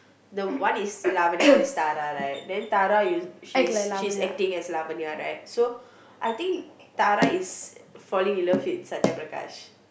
the one is Lavinia one is Tara right then Tara he's she's acting as Lavinia right so I think Tara is falling in love with Sathya Prakash